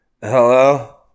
hello